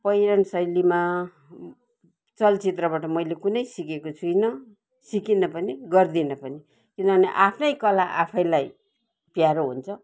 पहिरन शैलीमा चलचित्रबाट मैले कुनै सिकेको छुइनँ सिकिनँ पनि गर्दिनँ पनि किनभने आफ्नै कला आफैलाई प्यारो हुन्छ